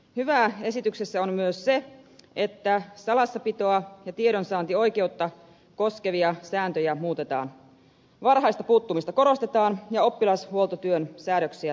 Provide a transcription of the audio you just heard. hyvää esityksessä on myös se että salassapitoa ja tiedonsaantioikeutta koskevia sääntöjä muutetaan varhaista puuttumista korostetaan ja oppilashuoltotyön säädöksiä tarkistetaan